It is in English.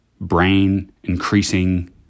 brain-increasing